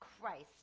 Christ